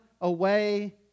away